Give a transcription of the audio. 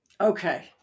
Okay